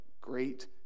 great